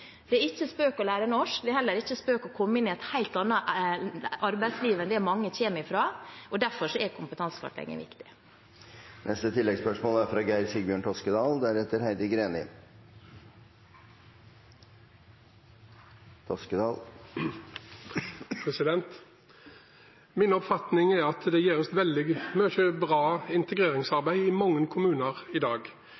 Det er ingen spøk å lære norsk, og det er heller ingen spøk å komme inn i et helt annet arbeidsliv enn det mange kommer fra, og derfor er kompetansekartlegging viktig. Geir Sigbjørn Toskedal – til oppfølgingsspørsmål. Min oppfatning er at det er veldig mye bra